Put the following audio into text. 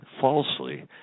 falsely